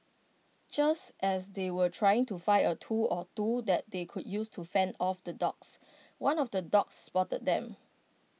just as they were trying to find A tool or two that they could use to fend off the dogs one of the dogs spotted them